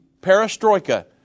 perestroika